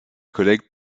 collègue